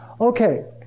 Okay